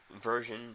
version